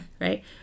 right